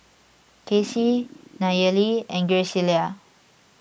Kaycee Nayeli and Graciela